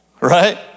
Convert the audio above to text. Right